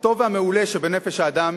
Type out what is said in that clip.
הטוב והמעולה שבנפש האדם